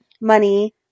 money